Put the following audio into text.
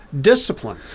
discipline